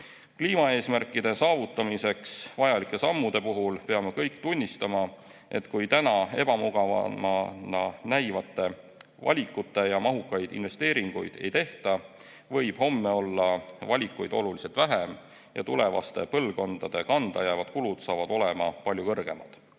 Kliimaeesmärkide saavutamiseks vajalike sammude puhul peame kõik tunnistama, et kui täna ebamugavana näivaid valikuid ja mahukaid investeeringuid ei tehta, võib homme valikuid olla oluliselt vähem ja tulevaste põlvkondade kanda jäävad kulud saavad olema palju kõrgemad.